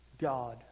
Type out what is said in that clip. God